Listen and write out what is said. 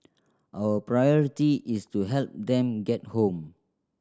our priority is to help them get home